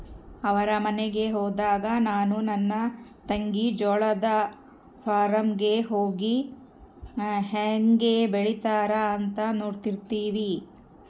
ಅವರ ಮನೆಗೆ ಹೋದಾಗ ನಾನು ನನ್ನ ತಂಗಿ ಜೋಳದ ಫಾರ್ಮ್ ಗೆ ಹೋಗಿ ಹೇಂಗೆ ಬೆಳೆತ್ತಾರ ಅಂತ ನೋಡ್ತಿರ್ತಿವಿ